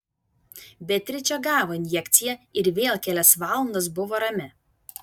beatričė gavo injekciją ir vėl kelias valandas buvo rami